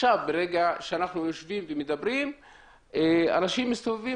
ברגע שאנחנו יושבים ומדברים פה אנשים מסתובבים